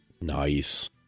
Nice